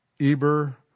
Eber